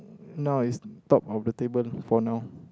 now is top of the table for now